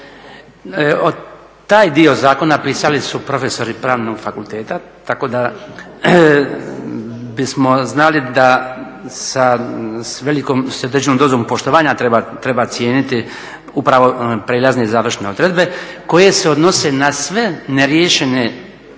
Taj dio zakona pisali su profesori Pravnog fakulteta tako da bismo znali da s velikom i određenom dozom poštovanja treba cijeniti upravo prijelazne i završne odredbe koje se odnose na sve neriješene